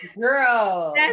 girl